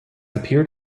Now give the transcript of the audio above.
appeared